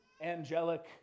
angelic